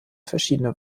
verschiedene